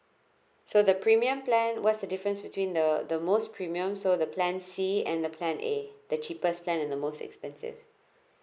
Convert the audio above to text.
so the premium plan what's the difference between the the most premium so the plan C and the plan A the cheapest plan and the most expensive